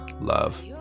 love